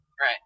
Right